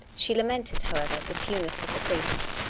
she lamented, however, the fewness of the priests,